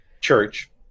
church